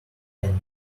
tan